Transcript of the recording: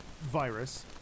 virus